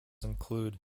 include